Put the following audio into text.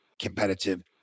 competitive